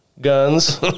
guns